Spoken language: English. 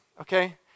Okay